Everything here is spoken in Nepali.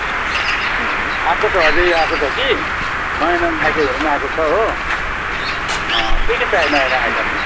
आएको छ अझ आएको छ कि नयाँ नयाँ आइटमहरू आएको छ हो के के चाहियो नयाँ नयाँ आइटममा